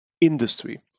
industry